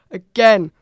again